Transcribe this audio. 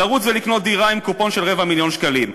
לרוץ ולקנות דירה עם קופון של רבע מיליון שקלים.